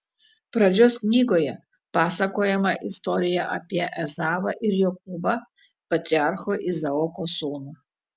pradžios knygoje pasakojama istorija apie ezavą ir jokūbą patriarcho izaoko sūnų